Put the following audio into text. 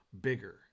bigger